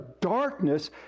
darkness